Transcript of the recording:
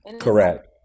correct